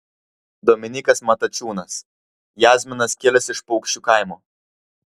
dominykas matačiūnas jazminas kilęs iš paukščiu kaimo